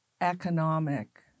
economic